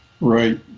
Right